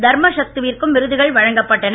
தர்மஷக்து விற்கும் விருதுகள் வழங்கப் பட்டன